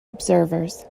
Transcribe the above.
observers